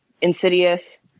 Insidious